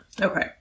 Okay